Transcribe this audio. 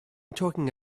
talking